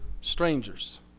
strangers